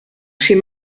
chez